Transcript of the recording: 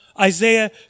Isaiah